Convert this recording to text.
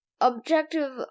objective